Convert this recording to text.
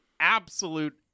absolute